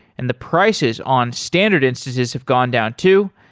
and the prices on standard instances have gone down too.